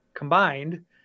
combined